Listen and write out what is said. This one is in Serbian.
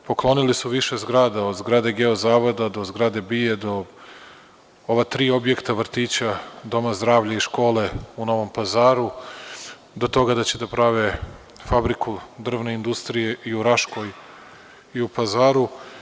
Poklonili su više zgrada, od zgrade Geozavoda, do zgrade BIA, do ova tri objekta vrtića, doma zdravlja i škole u Novom Pazaru, do toga da će da prave fabriku drvne industrije i u Raškoj i u Pazaru.